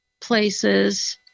places